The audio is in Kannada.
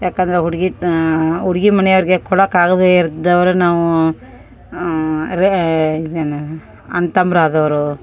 ಯಾಕಂದ್ರೆ ಹುಡುಗಿ ಹುಡ್ಗಿ ಮನೆಯವ್ರಿಗೆ ಕೊಡೋಕೆ ಆಗದೆ ಇರ್ದವ್ರು ನಾವು ಅಂದ್ರೆ ಇದನ್ನು ಅಣ್ಣ ತಮ್ಮ ಆದವರು